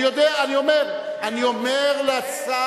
אין ויכוח, אני יודע, אני אומר לשר